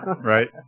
Right